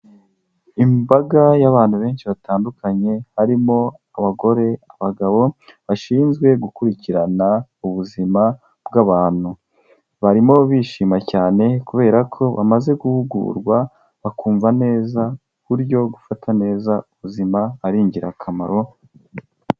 Imbaga y'abantu benshi batandukanye harimo abagore, abagabo bashinzwe gukurikirana ubuzima bw'abantu. Barimo bishima cyane kubera ko bamaze guhugurwa bakumva neza uburyo gufata neza ubuzima ari ingirakamaro.